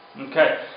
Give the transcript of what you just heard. Okay